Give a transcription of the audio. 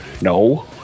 no